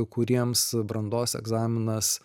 kuriems brandos egzaminas